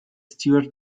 stuart